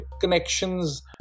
connections